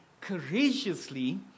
courageously